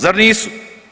Zar nisu?